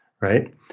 right